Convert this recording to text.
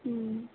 হুম